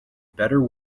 better